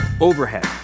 overhead